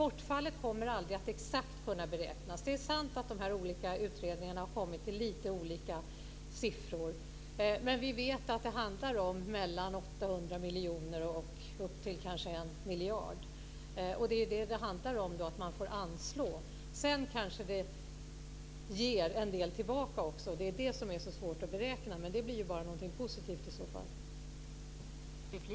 Bortfallet kommer aldrig att exakt kunna beräknas. Det är sant att de olika utredningarna har kommit fram till lite olika siffror. Men vi vet att det handlar om mellan 800 miljoner och upp till kanske 1 miljard som man får anslå. Sedan kanske det ger en del tillbaka också. Det är det som är så svårt att beräkna. Men det blir bara någonting positivt i så fall.